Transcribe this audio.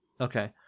Okay